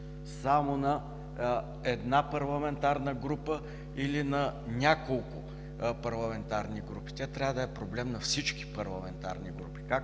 само на една или на няколко парламентарни групи, тя трябва да е проблем на всички парламентарни групи